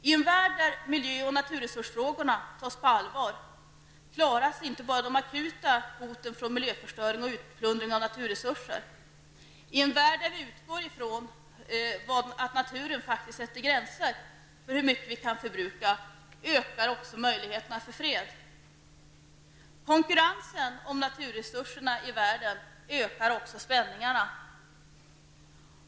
I en värld där miljö och naturresursfrågorna tas på allvar klaras inte bara de akuta hoten från miljöförstöring och utplundring av naturresurser. I en värld där vi utgår ifrån att naturen faktiskt sätter gränser för hur mycket vi kan förbruka ökar också möjligheterna för fred. Konkurrensen om naturresurserna i världen ökar också spänningarna.